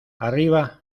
arriba